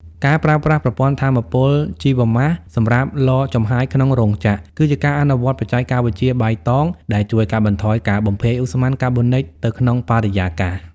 ការប្រើប្រាស់ប្រព័ន្ធថាមពលជីវម៉ាសសម្រាប់ឡចំហាយក្នុងរោងចក្រ គឺជាការអនុវត្តបច្ចេកវិទ្យាបៃតងដែលជួយកាត់បន្ថយការបំភាយឧស្ម័នកាបូនិចទៅក្នុងបរិយាកាស។